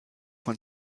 von